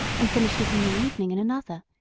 and finished it in the evening in another,